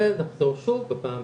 ונחזור שוב בפעם